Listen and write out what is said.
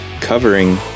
covering